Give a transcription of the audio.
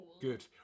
Good